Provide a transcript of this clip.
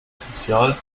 potential